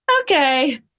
Okay